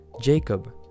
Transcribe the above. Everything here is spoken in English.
Jacob